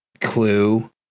clue